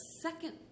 second